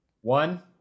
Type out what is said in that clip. One